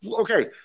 Okay